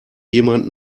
jemand